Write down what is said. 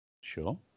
Sure